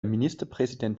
ministerpräsident